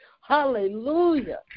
Hallelujah